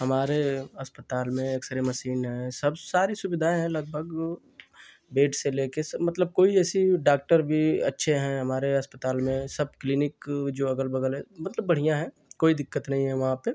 हमारे अस्पताल में एक्सरे मशीन है सब सारी सुविधाएँ हैं लगभग बेड से लेकर मतलब कोई ऐसे डॉक्टर भी अच्छे हैं हमारे अस्पताल में सब क्लीनिक जो अगल बगल है मतलब बढ़ियाँ है कोई दिक्कत नहीं है वहाँ पर